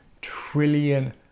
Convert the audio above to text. trillion